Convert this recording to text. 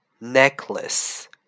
Necklace